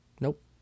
Nope